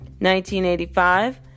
1985